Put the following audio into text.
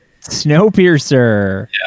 Snowpiercer